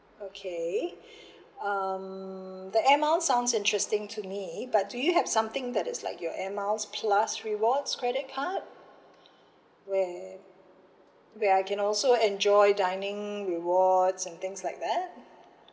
okay um the air miles sounds interesting to me but do you have something that is like your Air Miles plus rewards credit card where where I can also enjoy dining rewards and things like that